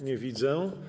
Nie widzę.